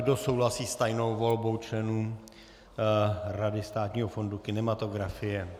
Kdo souhlasí s tajnou volbou členů Rady Státního fondu kinematografie?